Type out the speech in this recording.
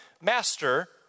Master